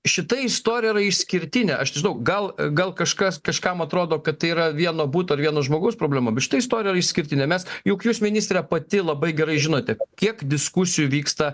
šita istorija yra išskirtinė aš nežinau gal gal kažkas kažkam atrodo kad tai yra vieno buto vieno žmogaus problema bet šita istorija išskirtinė mes juk jūs ministre pati labai gerai žinote kiek diskusijų vyksta